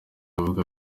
avuga